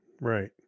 right